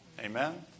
Amen